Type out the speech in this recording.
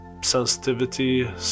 sensitivity